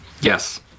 Yes